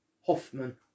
Hoffman